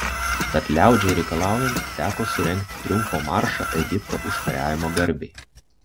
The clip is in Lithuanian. tad liaudžiai reikalaujant teko surengti triumfo maršą egipto užkariavimo garbei